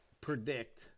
predict